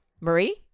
Marie